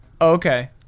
Okay